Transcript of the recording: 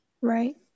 Right